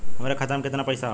हमरे खाता में कितना पईसा हौ?